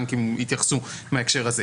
הבנקים יתייחסו מההקשר הזה.